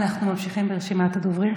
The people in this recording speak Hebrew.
אנחנו ממשיכים ברשימת הדוברים.